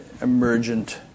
emergent